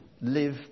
live